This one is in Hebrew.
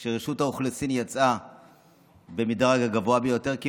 כי רשות האוכלוסין יצאה כמעט במידה הגבוהה ביותר,